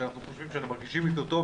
ואנחנו מרגישים איתו טוב,